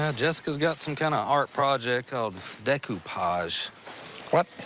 ah jessica's got some kind of art project called decoupage. what?